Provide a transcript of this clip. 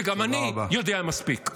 וגם אני יודע מספיק.